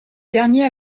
derniers